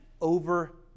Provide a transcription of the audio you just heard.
over